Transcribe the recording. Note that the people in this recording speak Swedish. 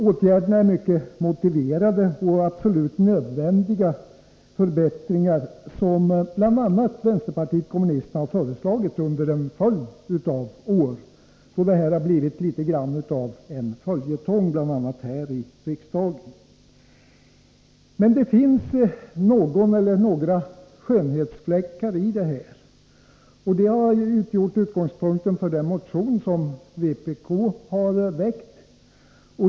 Åtgärderna är alltså mycket motiverade och syftar till absolut nödvändiga förbättringar som bl.a. vänsterpartiet kommunisterna har föreslagit under en följd av år. Den här frågan har blivit litet grand av en följetong också här i riksdagen. Men det finns någon eller några skönhetsfläckar, och detta har utgjort utgångspunkten för den motion som vpk har väckt.